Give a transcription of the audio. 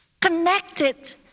connected